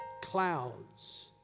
clouds